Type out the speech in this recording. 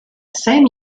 same